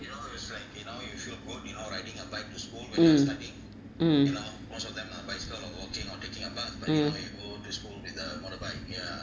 mm mm mm